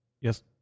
Yes